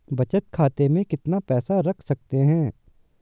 बचत खाते में कितना पैसा रख सकते हैं?